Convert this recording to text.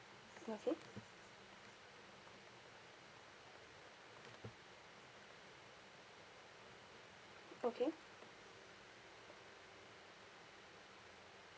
okay okay